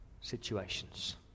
situations